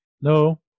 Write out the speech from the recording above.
No